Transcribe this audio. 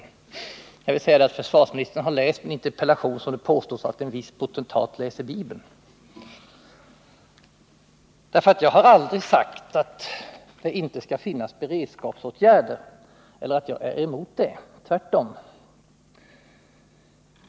Försvarsminis 23 november 1979 tern har läst min interpellation som det påstås att en viss potentat läser Bibeln. Jag har aldrig sagt att det inte skall finnas beredskapsåtgärder eller att jag är mot sådana — tvärtom.